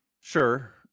sure